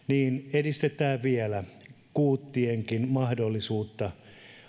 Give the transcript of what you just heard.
edistetään vielä kuuttienkin mahdollisuutta